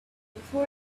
before